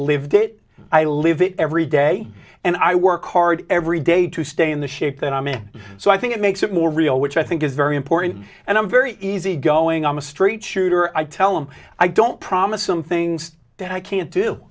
that i live it every day and i work hard every day to stay in the shape that i'm in so i think it makes it more real which i think is very important and i'm very easy going i'm a straight shooter i tell him i don't promise some things that i can't do